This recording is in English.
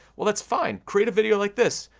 well that's fine, create a video like this,